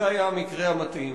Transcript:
זה היה המקרה המתאים,